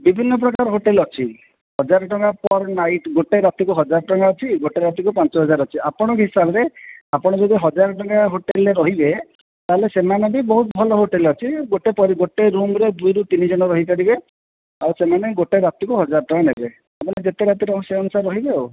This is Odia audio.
ବିଭିନ୍ନ ପ୍ରକାର ହୋଟେଲ ଅଛି ହଜାର ଟଙ୍କା ପର ନାଇଟ ଗୋଟେ ରାତିକୁ ହଜାର ଟଙ୍କା ଅଛି ଗୋଟେ ରାତିକୁ ପାଞ୍ଚ ହଜାର ଅଛି ଆପଣଙ୍କ ହିସାବରେ ଆପଣ ଯଦି ହଜାର ଟଙ୍କା ହୋଟେଲ ରେ ରହିବେ ତାହେଲେ ସେମାନେ ବି ବହୁତ ଭଲ ହୋଟେଲ ଅଛି ଗୋଟେ ପରେ ଗୋଟେ ରୁମ ରେ ଦୁଇ ରୁ ତିନି ଜଣ ରହିପାରିବେ ଆଉ ସେମାନେ ଗୋଟେ ରାତିକୁ ହଜାର ଟଙ୍କା ନେବେ ସେମାନେ ଯେତେ ରାତି ରହିବେ ସେ ଅନୁସାରେ ରହିବେ ଆଉ